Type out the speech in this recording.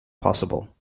possible